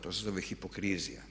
To se zove hipokrizija.